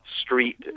street